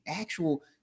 actual